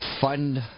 fund